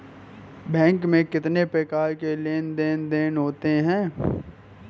Bank में कितनी प्रकार के लेन देन देन होते हैं?